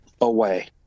away